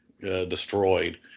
destroyed